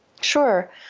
Sure